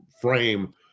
frame